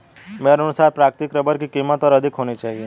मेरे अनुसार प्राकृतिक रबर की कीमत और अधिक होनी चाहिए